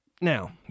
Now